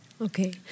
Okay